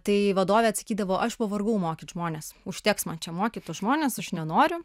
tai vadovė atsakydavo aš pavargau mokyt žmones užteks man čia mokyt tuos žmones aš nenoriu